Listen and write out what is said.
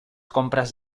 compras